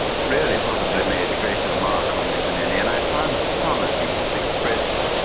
really probably made a greater mark on me than any. and i found some at least expressed,